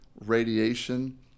radiation